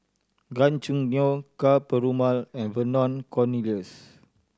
Gan Choo Neo Ka Perumal and Vernon Cornelius